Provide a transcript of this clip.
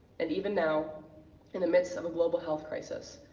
and even now in the midst of a global health crisis,